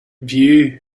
view